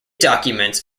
documents